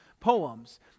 poems